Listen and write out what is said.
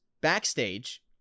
backstage